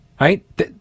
right